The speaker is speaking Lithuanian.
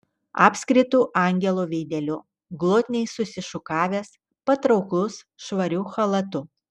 apskritu angelo veideliu glotniai susišukavęs patrauklus švariu chalatu